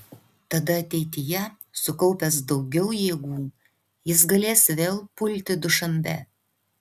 tada ateityje sukaupęs daugiau jėgų jis galės vėl pulti dušanbę